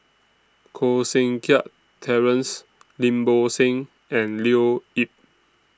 Koh Seng Kiat Terence Lim Bo Seng and Leo Yip